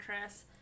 Chris